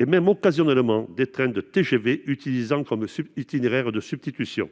et même occasionnellement des TGV, qui l'utilisent comme itinéraire de substitution.